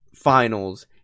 Finals